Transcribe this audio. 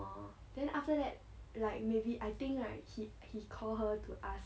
orh then after that like maybe I think right he he called her to us